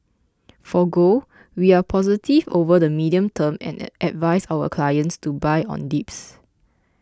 for gold we are positive over the medium term and advise our clients to buy on dips